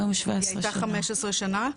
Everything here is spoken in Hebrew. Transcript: היא הייתה 15 שנה,